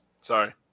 Sorry